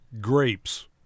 Grapes